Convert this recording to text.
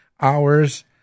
hours